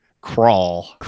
Crawl